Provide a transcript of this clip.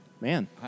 Man